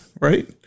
right